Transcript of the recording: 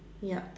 ya